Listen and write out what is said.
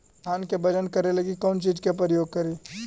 धान के बजन करे लगी कौन चिज के प्रयोग करि?